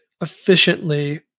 efficiently